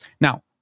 Now